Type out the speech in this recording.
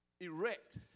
erect